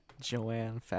Joanne